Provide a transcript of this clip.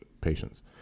patients